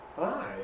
Hi